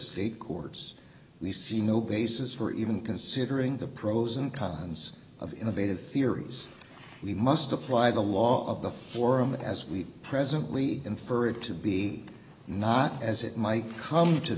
state courts we see no basis for even considering the pros and cons of innovative theories we must apply the law of the forum as we presently infer it to be not as it might come to